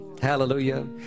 Hallelujah